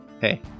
hey